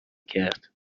کرد